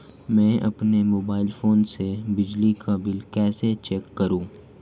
मैं अपने mobile phone से बिजली का बिल कैसे चेक करूं?